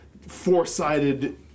four-sided